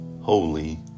holy